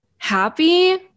happy